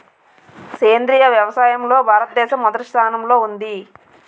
సేంద్రీయ వ్యవసాయంలో భారతదేశం మొదటి స్థానంలో ఉంది